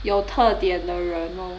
有特点的人咯